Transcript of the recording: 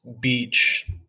beach